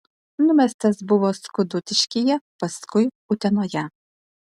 numestas buvo skudutiškyje paskui utenoje